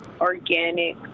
organic